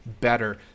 better